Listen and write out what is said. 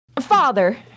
Father